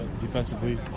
defensively